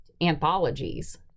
anthologies